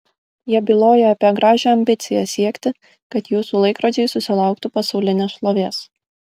jie byloja apie gražią ambiciją siekti kad jūsų laikrodžiai susilauktų pasaulinės šlovės